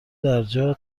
درجا